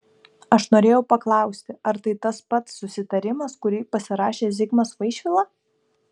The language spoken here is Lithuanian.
aš norėjau paklausti ar tai tas pats susitarimas kurį pasirašė zigmas vaišvila